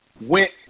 went